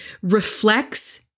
reflects